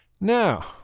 Now